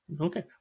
Okay